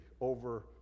over